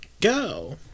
Go